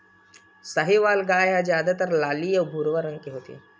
साहीवाल गाय ह जादातर लाली अउ भूरवा रंग के होथे